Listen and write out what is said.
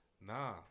Nah